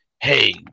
hey